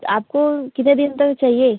आपको कितने दिन तक चाहिए